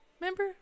remember